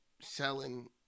selling